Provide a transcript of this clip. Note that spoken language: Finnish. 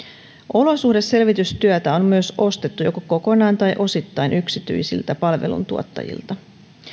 olosuhdeselvitystyötä on myös ostettu joko kokonaan tai osittain yksityisiltä palveluntuottajilta